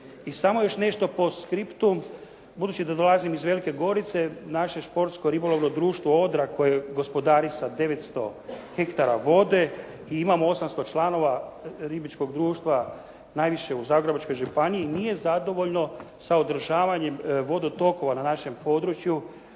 I samo još nešto "post scriptum". Budući da dolazim iz Velike Gorice naše Športsko ribolovno društvo "Odra" koje gospodari sa 900 hektara vode i imamo 800 članova ribičkog društva najviše u Zagrebačkoj županiji nije zadovoljno sa održavanjem vodotokova na našem području,